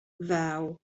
ddaw